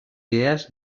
idees